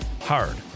hard